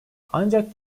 ancak